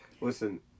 listen